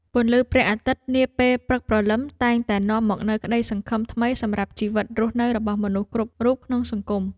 ពន្លឺព្រះអាទិត្យនាពេលព្រឹកព្រលឹមតែងតែនាំមកនូវក្តីសង្ឃឹមថ្មីសម្រាប់ជីវិតរស់នៅរបស់មនុស្សគ្រប់រូបក្នុងសង្គម។